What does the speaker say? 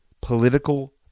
political